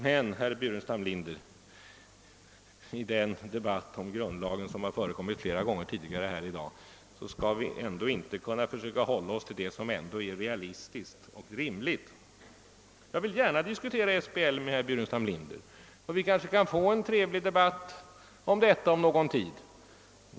Men, herr Burenstam Linder, bör vi ändå inte i denna debatt om grundlagen, som förekommit flera gånger tidigare i dag, försöka hålla oss till det som är realistiskt och rimligt. Jag vill gärna diskutera SBL med herr Burenstam Linder, och vi kanske kan få en trevlig debatt härom framöver.